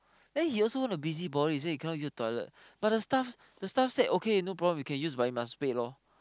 then he also want to busy body he say you cannot use toilet but the staff the staff said okay no problem you can use but you must wait loh